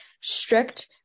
strict